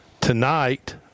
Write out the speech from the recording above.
tonight